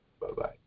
Bye-bye